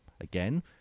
Again